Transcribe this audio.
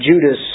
Judas